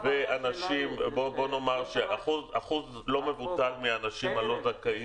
בוא נאמר שאחוז לא מבוטל מהאנשים הלא זכאים